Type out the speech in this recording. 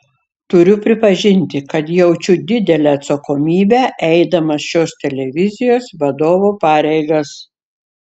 turiu pripažinti kad jaučiu didelę atsakomybę eidamas šios televizijos vadovo pareigas